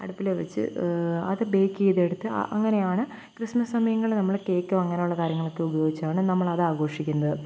അടുപ്പിലോ വച്ച് അത് ബേക്കെയ്തെടുത്ത് അങ്ങനെയാണ് ക്രിസ്മസ് സമയങ്ങളി നമ്മള് കേക്കോ അങ്ങനെയുള്ള കാര്യങ്ങളൊക്കെ ഉപയോഗിച്ചാണ് നമ്മളത് ആഘോഷിക്കുന്നത്